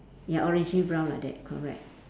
ya orangey brown like that correct